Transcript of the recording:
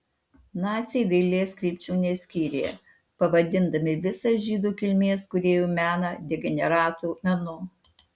naciai dailės krypčių neskyrė pavadindami visą žydų kilmės kūrėjų meną degeneratų menu